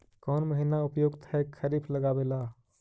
कौन महीना उपयुकत है खरिफ लगावे ला?